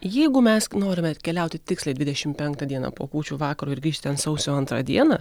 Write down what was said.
jeigu mes norime keliauti tiksliai dvidešim penktą dieną po kūčių vakaro ir grįžti ten sausio antrą dieną